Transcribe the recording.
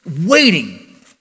waiting